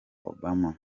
obama